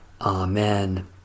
Amen